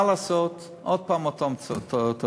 מה לעשות, עוד פעם אותן תוצאות.